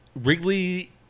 Wrigley